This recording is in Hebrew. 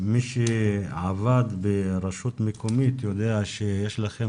מי שעבד ברשות מקומית יודע שיש לכם